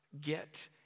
get